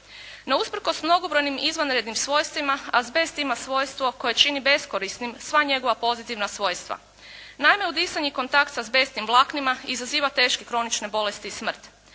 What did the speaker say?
No usprkos mnogobrojnim izvanrednim svojstvima azbest ima svojstvo koje čini beskorisnim sva njegova pozitivna svojstva. Naime, udisanje i kontakt s azbestnim vlaknima izaziva teške kronične bolesti i smrt.